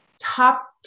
top